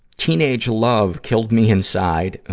teenage love killed me inside,